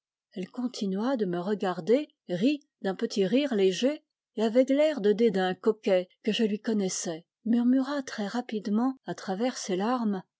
elle continua de me regarder rit d'un petit rire léger et avec l'air de dédain coquet que je lui connaissais murmura très rapidement à travers ses larmes